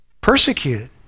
Persecuted